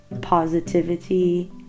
positivity